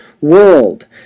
world